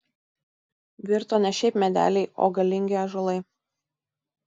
virto ne šiaip medeliai o galingi ąžuolai